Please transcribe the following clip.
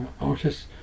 artists